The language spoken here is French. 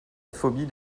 phobie